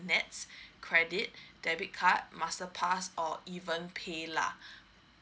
nets credit debit card masterpass or even paylah